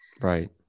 right